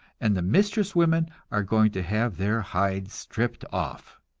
and the mistress women are going to have their hides stripped off.